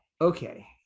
Okay